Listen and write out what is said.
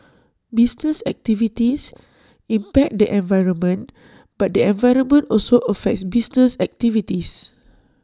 business activities impact the environment but the environment also affects business activities